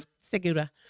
segura